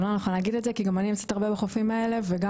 זה לא נכון להגיד את זה כי גם אני נמצאת הרבה בחופים האלה וגם